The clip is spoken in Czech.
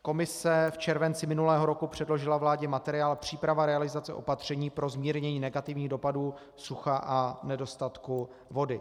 Komise v červenci minulého roku předložila vládě materiál Příprava realizace opatření pro zmírnění negativních dopadů sucha a nedostatku vody.